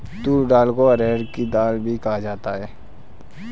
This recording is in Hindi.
तूर दाल को अरहड़ की दाल भी कहा जाता है